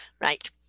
Right